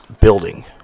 building